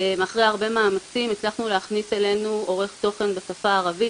אחרי הרבה מאמצים הצלחנו להכניס אלינו עורך תוכן בשפה הערבית